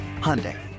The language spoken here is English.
Hyundai